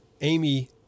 Amy